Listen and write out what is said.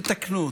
תתקנו אותו,